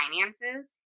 finances